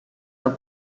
are